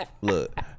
Look